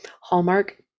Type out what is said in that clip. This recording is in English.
hallmark